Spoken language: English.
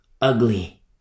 ugly